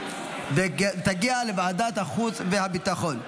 לוועדת החוץ והביטחון נתקבלה.